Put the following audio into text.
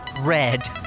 Red